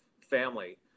family